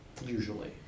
usually